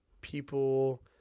people